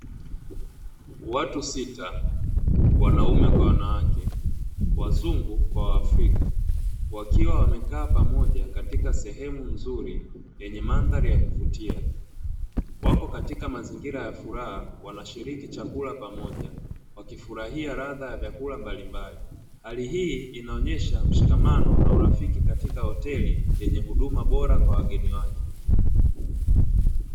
Watu sita, wanaume kwa wanawake, wazungu kwa waafrika, wakiwa wamekaa pamoja katika sehemu nzuri yenye mandhari ya kuvutia. Wako katika mazingira ya furaha wanashiriki chakula pamoja, wakifurahia ladha ya vyakula mbalimbali. Hali hii inaonyesha mshikamano na urafiki katika hoteli yenye huduma bora kwa wageni wake.